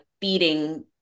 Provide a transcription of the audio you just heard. feeding